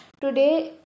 today